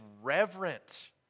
reverent